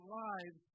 lives